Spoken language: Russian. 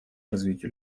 развитию